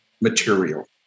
material